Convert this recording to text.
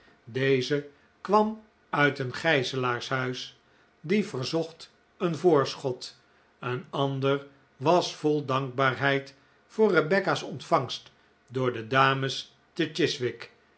deze kwam uit een gijzelaarshuis die verzocht een voorschot een ander was vol dankbaarheid voor rebecca's ontvangst door de dames te